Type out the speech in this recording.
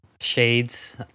shades